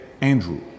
Andrew